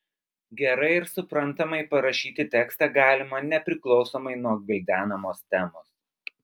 gerai ir suprantamai parašyti tekstą galima nepriklausomai nuo gvildenamos temos